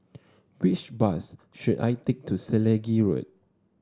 which bus should I take to Selegie Road